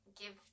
give